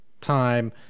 time